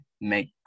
make